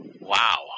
Wow